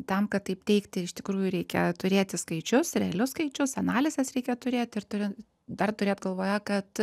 tam kad taip teigti iš tikrųjų reikia turėti skaičius realius skaičius analizės reikia turėti ir turin dar turėt galvoje kad